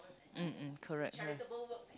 mm mm correct correct